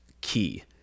key